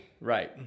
Right